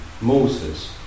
Moses